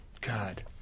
God